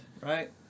right